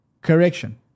correction